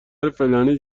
فلانی